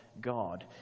God